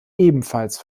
ebenfalls